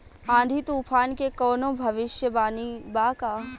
आँधी तूफान के कवनों भविष्य वानी बा की?